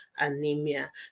Anemia